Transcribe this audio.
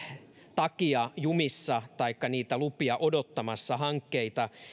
takia hankkeita jumissa taikka niitä lupia odottamassa